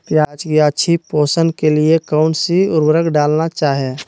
प्याज की अच्छी पोषण के लिए कौन सी उर्वरक डालना चाइए?